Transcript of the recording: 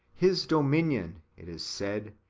his dominion, it is said,